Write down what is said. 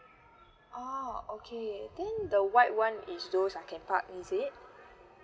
oh okay then the white one is those I can park is it